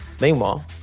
Meanwhile